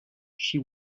she